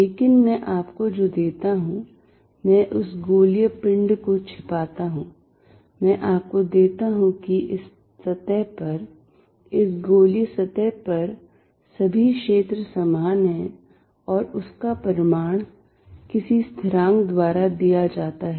लेकिन मैं आपको जो देता हूं मैं उस गोलीय पिंड को छिपाता हूं मैं आपको देता हूं कि इस सतह पर इस गोलीय सतह पर सभी क्षेत्र समान हैं और उसका परिमाण किसी स्थिरांक द्वारा दिया जाता है